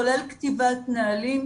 כולל כתיבת נהלים.